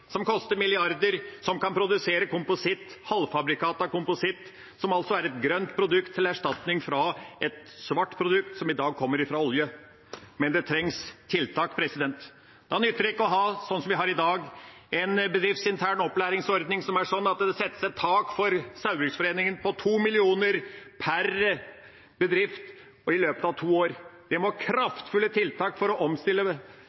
som koster milliarder, som kan produsere kompositt, halvfabrikata kompositt, som altså er et grønt produkt, til erstatning for et svart produkt, som i dag kommer fra olje. Men det trengs tiltak. Da nytter det ikke å ha – sånn som vi har i dag – en bedriftsintern opplæringsordning som er sånn at det settes et tak for Saugbrugsforeningen på 2 mill. kr per bedrift i løpet av to år. Det må kraftfulle tiltak til for å omstille arbeidsstokken, og det